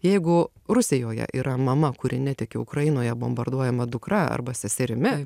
jeigu rusijoje yra mama kuri netiki ukrainoje bombarduojama dukra arba seserimi